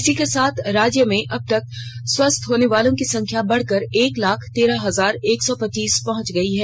इसी के साथ राज्य में अब तक स्वस्थ होने वालों की संख्या बढ़कर एक लाख तेरह हजार एक सौ पच्चीस पहंच गई है